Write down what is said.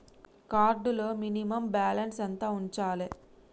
Card లో minimum balance ఎంత ఉంచాలే?